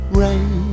rain